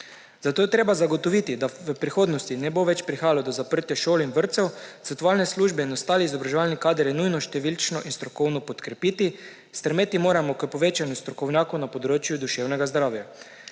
Zato je treba zagotoviti, da v prihodnosti ne bo več prihajalo do zaprtja šol in vrtcev, svetovalne službe in ostali izobraževalni kader je nujno številčno in strokovno podkrepiti, strmeti moramo k povečanju strokovnjakov na področju duševnega zdravja.